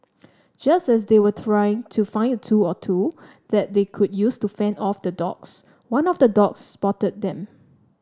just as they were trying to find a tool or two that they could use to fend off the dogs one of the dogs spotted them